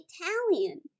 Italian